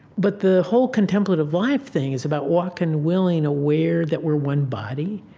but the whole contemplative life thing is about walking willing aware that we're one body,